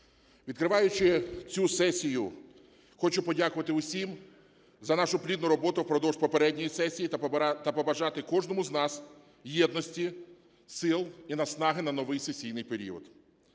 Відкриваючи цю сесію, хочу подякувати всім за нашу плідну роботу впродовж попередньої сесії та побажати кожному з нас єдності, сил і наснаги на новий сесійний період.